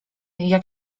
jak